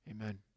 Amen